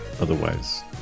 Otherwise